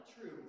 true